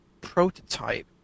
prototype